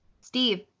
Steve